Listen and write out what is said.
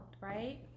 right